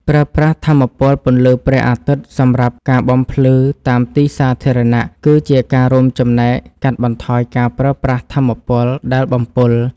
ប្រើប្រាស់ថាមពលពន្លឺព្រះអាទិត្យសម្រាប់ការបំភ្លឺតាមទីសាធារណៈគឺជាការរួមចំណែកកាត់បន្ថយការប្រើប្រាស់ថាមពលដែលបំពុល។